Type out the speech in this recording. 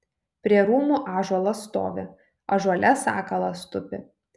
prie rūmų ąžuolas stovi ąžuole sakalas tupi